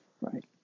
right